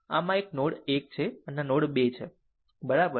આમ ફક્ત આ એક નોડ 1 છે આ નોડ 2 છે બરાબર